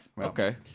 Okay